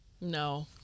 No